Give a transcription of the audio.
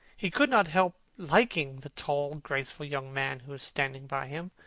he could not help liking the tall, graceful young man who was standing by him.